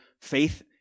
faith